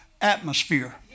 atmosphere